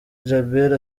djabel